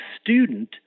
student